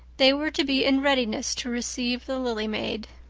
they were to be in readiness to receive the lily maid.